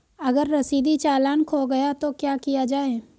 अगर रसीदी चालान खो गया तो क्या किया जाए?